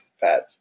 fat